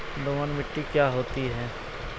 दोमट मिट्टी क्या होती हैं?